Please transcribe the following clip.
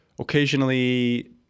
occasionally